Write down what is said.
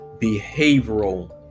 behavioral